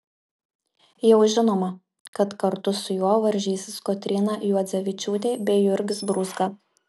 jau žinoma kad kartu su juo varžysis kotryna juodzevičiūtė bei jurgis brūzga